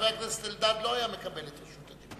חבר הכנסת אלדד לא היה מקבל את רשות הדיבור,